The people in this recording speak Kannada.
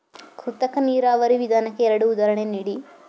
ಕೃತಕ ನೀರಾವರಿ ವಿಧಾನಕ್ಕೆ ಎರಡು ಉದಾಹರಣೆ ನೀಡಿ?